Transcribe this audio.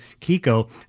Kiko